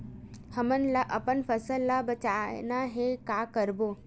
हमन ला अपन फसल ला बचाना हे का करबो?